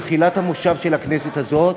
תחילת המושב של הכנסת הזאת,